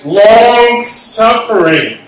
long-suffering